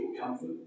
comfort